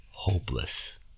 Hopeless